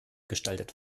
gestaltet